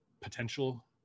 potential